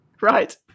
Right